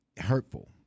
hurtful